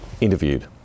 interviewed